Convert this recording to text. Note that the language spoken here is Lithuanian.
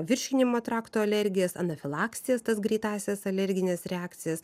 virškinimo trakto alergijas anafilaksijas tas greitąsias alergines reakcijas